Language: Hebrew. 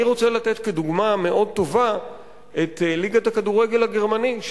אני רוצה לתת כדוגמה מאוד טובה את ליגת הכדורגל הגרמנית,